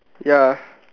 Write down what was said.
ya